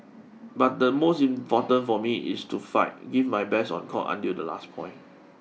but the most important for me it's to fight give my best on court until the last point